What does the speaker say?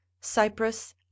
Cyprus